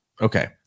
Okay